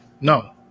No